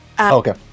Okay